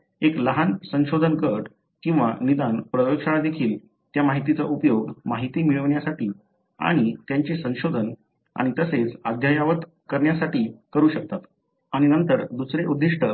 तर एक लहान संशोधन गट किंवा निदान प्रयोगशाळा देखील त्या माहितीचा उपयोग माहिती मिळविण्यासाठी आणि त्यांचे संशोधन आणि असेच अद्ययावत करण्यासाठी करू शकतात आणि नंतर दुसरे उद्दिष्ट